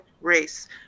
race